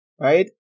right